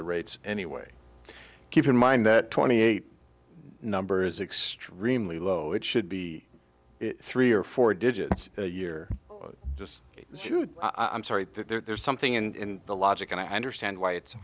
the rates anyway keep in mind that twenty eight number is extremely low it should be three or four digits year just shoot i'm sorry there's something in the logic and i understand why it's